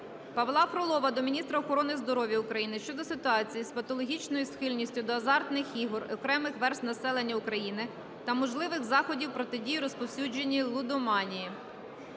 Павла Фролова до міністра охорони здоров'я України щодо ситуації із патологічною схильністю до азартних ігор окремих верств населення України та можливих заходів протидії розповсюдженню лудоманії.